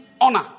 honor